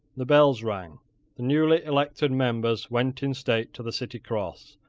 the bells rang. the newly elected members went in state to the city cross,